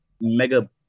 mega